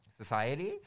society